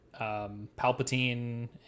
Palpatine